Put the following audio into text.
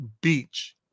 beach